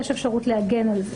יש אפשרות להגן על זה.